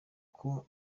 ngo